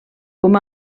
com